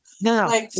No